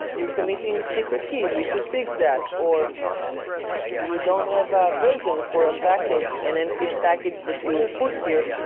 you're committing secret keys. you should fix that, or you don't have a version for a package, an npm package that you ah put here.